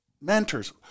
mentors